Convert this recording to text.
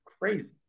crazy